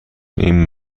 این